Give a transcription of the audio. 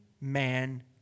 man